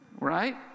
Right